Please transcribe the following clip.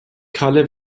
kalle